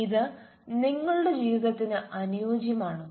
ഇത് നിങ്ങളുടെ ജീവിതത്തിന് അനുയോജ്യമാണോ